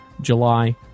July